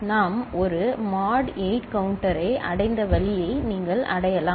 நாம் ஒரு மோட் 8 கவுண்டரை அடைந்த வழியை நீங்கள் அடையலாம்